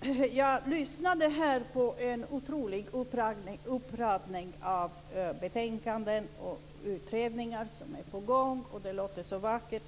Fru talman! Jag lyssnade på en otrolig uppradning av betänkanden och utredningar som är på gång, och det låter så vackert.